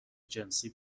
جنسی